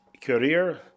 career